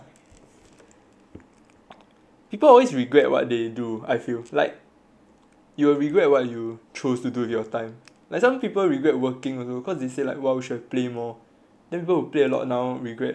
people always regret what they do I feel like you'll regret what you choose to do with your time like some people regret working also because they say like why we should play more then people who play a lot now regret like playing too much ah